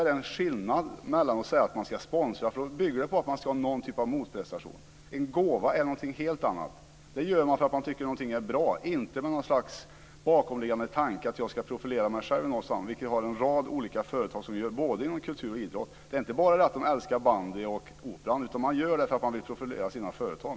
Det är skillnad på att säga att man ska sponsra eftersom det bygger på något slags motprestation. En gåva är någonting helt annat. En gåva ges för att man tycker att någonting är bra, inte med något slags bakomliggande tanke att profilera sig själv. Det finns en rad företag som sponsrar både kultur och idrott. Det är inte så att de älskar bandy och Operan, utan de vill profilera sina företag.